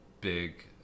big